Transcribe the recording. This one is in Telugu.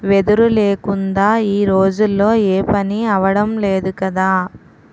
వెదురు లేకుందా ఈ రోజుల్లో ఏపనీ అవడం లేదు కదా